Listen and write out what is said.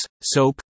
soap